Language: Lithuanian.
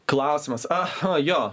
klausimas aha jo